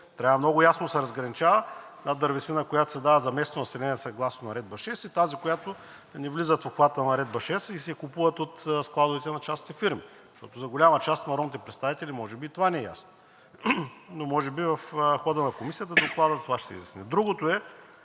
Трябва много ясно да се разграничава дървесина, която се дава за местното население съгласно Наредба № 6, и тази, която не влиза в обхвата на Наредба № 6 и си я купуват от складовете на частните фирми. Защото за голяма част от народните представители може би и това не е ясно, но може би в хода на комисията с доклада това ще се изясни.